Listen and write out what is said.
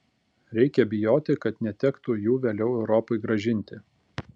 reikia bijoti kad netektų jų vėliau europai grąžinti